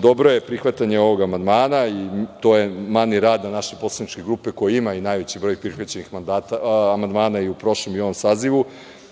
Dobro je prihvatanje ovog amandmana, i to je manir rada naše poslaničke grupe koja i ima najveći broj prihvaćenih amandmana u prošlom i u ovom sazivu,